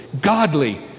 godly